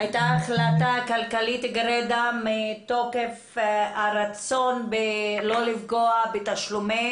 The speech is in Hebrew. כלכלית גרידא מתוקף הרצון לא לפגוע בתשלומי